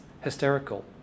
hysterical